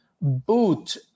boot